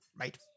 right